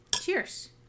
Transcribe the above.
Cheers